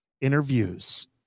interviews